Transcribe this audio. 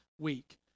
week